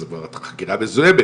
אז כבר החקירה מזוהמת,